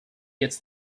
gets